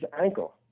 ankle